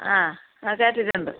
ആ ആ കേട്ടിട്ടുണ്ട്